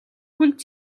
хүнд